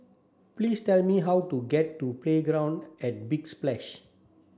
please tell me how to get to Playground at Big Splash